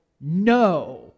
No